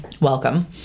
welcome